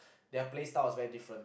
their play style is very different